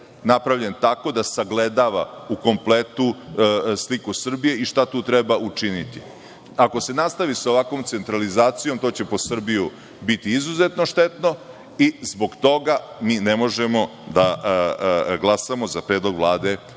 napravljen tako da sagledava u kompletu slike Srbije i šta tu treba učiniti. Ako se nastavi sa ovakvom centralizacijom, to će po Srbiju biti izuzetno štetno i zbog toga mi ne možemo da glasamo za predlog Vlade ovog